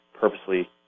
purposely